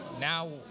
now